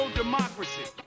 democracy